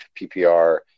PPR